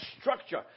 structure